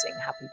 happy